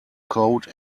code